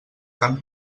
carn